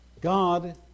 God